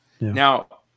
Now